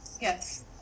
Yes